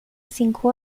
cinco